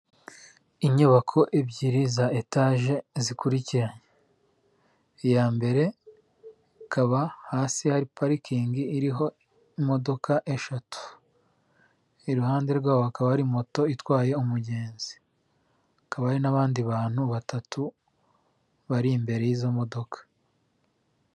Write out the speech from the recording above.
Inyubako ebyiri za etage zikurikiranye iya mbere ikaba hasi hari parikingi iriho imodoka eshatu iruhande rwabo haakaba ari moto itwaye umugenzi hakaba n'abandi bantu batatu bari imbere y'izo modoka .